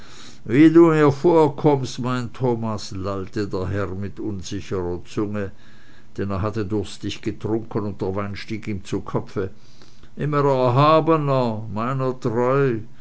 du mir vorkommst mein thomas lallte der herr mit unsicherer zunge denn er hatte durstig getrunken und der wein stieg ihm zu kopfe immer erhabener meiner treu